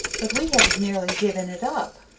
but we had nearly given it up.